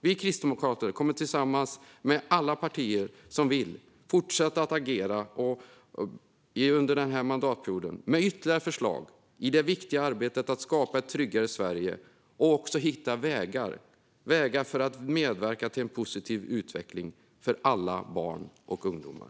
Vi kristdemokrater kommer tillsammans med alla partier som vill fortsätta att agera under denna mandatperiod med ytterligare förslag i det viktiga arbetet att skapa ett tryggare Sverige och också hitta vägar för att medverka till en positiv utveckling för alla barn och ungdomar.